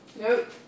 Nope